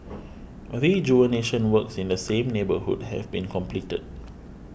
rejuvenation works in the same neighbourhood have been completed